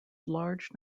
large